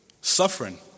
Suffering